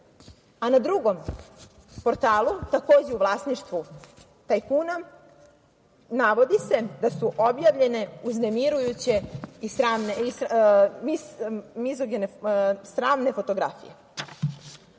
Na drugom portalu takođe u vlasništvu tajkuna navodi se da su objavljene uznemirujuće i sramne fotografije. Totalno